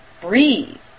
breathe